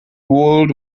world